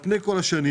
על פני כל השנים,